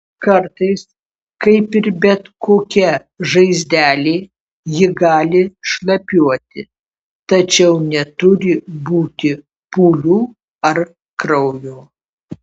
kartais kaip ir bet kokia žaizdelė ji gali šlapiuoti tačiau neturi būti pūlių ar kraujo